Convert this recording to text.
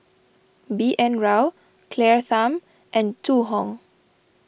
B N Rao Claire Tham and Zhu Hong